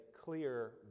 clear